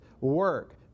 work